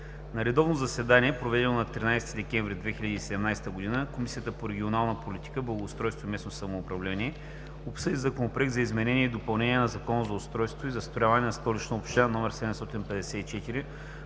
На редовно заседание, проведено на 13 декември 2017 г., Комисията по регионална политика, благоустройство и местно самоуправление обсъди Законопроект за изменение и допълнение на Закона за устройството и застрояването на Столичната община,